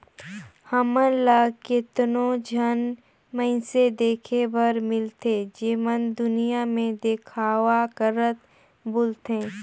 हमन ल केतनो झन मइनसे देखे बर मिलथें जेमन दुनियां में देखावा करत बुलथें